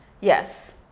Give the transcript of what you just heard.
Yes